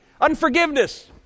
Unforgiveness